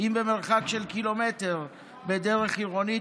אם במרחק של קילומטר בדרך עירונית,